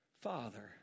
Father